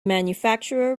manufacturer